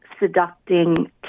seducting